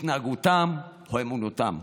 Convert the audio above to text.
התנהגותם או אמונתם.